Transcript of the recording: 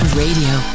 radio